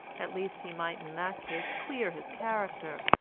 at least he might in that case clear his character,